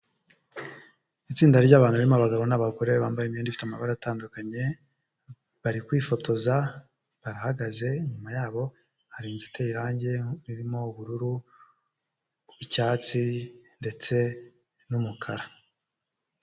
Itsinda ryabantu ririmo abagabo n'abagore bambaye imyenda ifite amabara atandukanye bari kwifotoza barahagaze. Inyuma yabo hari inzu iteye irangi ririmo ubururu, icyatsi, ndetse n'umukara.